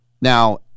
Now